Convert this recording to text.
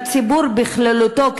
לציבור בכללותו,